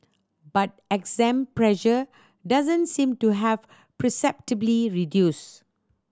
but exam pressure doesn't seem to have perceptibly reduced